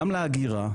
גם לאגירה,